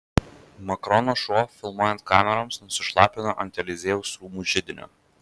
makrono šuo filmuojant kameroms nusišlapino ant eliziejaus rūmų židinio